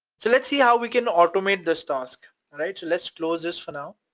so let's see how we can automate this task, right? let's close this for now,